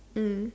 mm